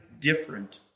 different